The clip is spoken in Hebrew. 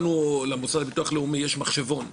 למשרד לביטוח לאומי יש מחשבון זכויות.